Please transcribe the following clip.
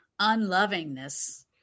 unlovingness